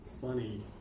funny